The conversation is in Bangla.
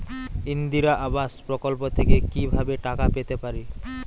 ইন্দিরা আবাস প্রকল্প থেকে কি ভাবে টাকা পেতে পারি?